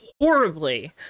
horribly